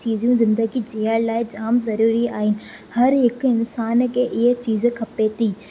चीज़ियूं ज़िंदगी जीअण लाइ जाम ज़रूरी आहे हर हिकु इंसान खे इहा चीज़ खपे थी